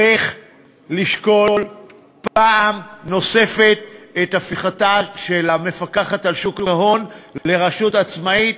צריך לשקול פעם נוספת את הפיכתה של המפקחת על שוק ההון לרשות עצמאית.